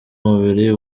umubiri